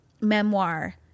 memoir